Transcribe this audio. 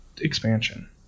expansion